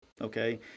Okay